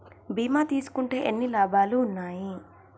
బీమా తీసుకుంటే ఎన్ని లాభాలు ఉన్నాయి?